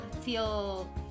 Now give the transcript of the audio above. feel